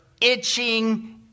itching